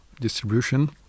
distribution